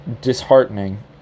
disheartening